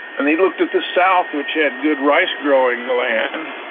and he looked at the south which had good rice growing land,